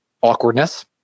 awkwardness